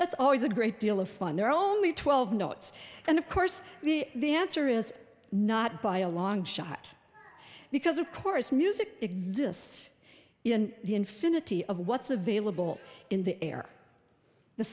that's always a great deal of fun there are only twelve notes and of course the the answer is not by a long shot because of course music exists in the infinity of what's available in the air the